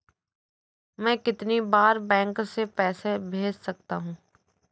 मैं कितनी बार बैंक से पैसे भेज सकता हूँ?